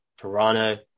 Toronto